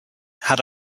had